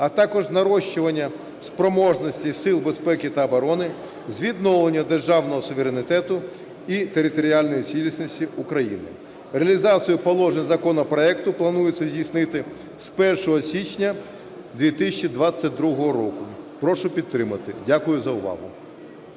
а також нарощування спроможності сил безпеки та оборони з відновлення державного суверенітету і територіальної цілісності України. Реалізацію положень законопроекту планується здійснити з 1 січня 2022 року. Прошу підтримати. Дякую за увагу.